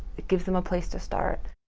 it gives them a place to start.